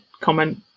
comment